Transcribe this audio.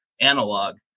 Analog